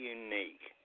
unique